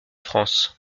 france